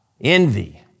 Envy